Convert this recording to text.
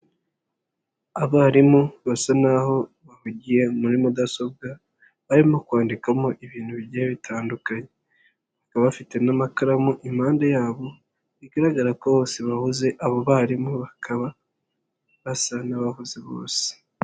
Abarimu basa naho bahugiye muri mudasobwa, barimo kwandikamo ibintu bigiye bitandukanye. Bakaba bafite n'amakaramu impande yabo bigaragara ko bose bahuze, abo barimu bakaba basa n'abahuze bose.